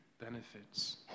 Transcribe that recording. benefits